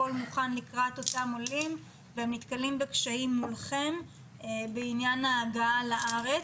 הכול מוכן לקראת אותם עולים והם נתקלים בקשיים מולכם בעניין ההגעה לארץ.